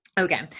Okay